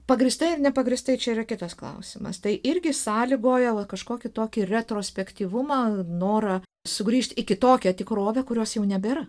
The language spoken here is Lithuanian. pagrįstai ar nepagrįstai čia yra kitas klausimas tai irgi sąlygojo va kažkokį tokį retrospektyvumą norą sugrįžti į kitokią tikrovę kurios jau nebėra